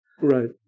Right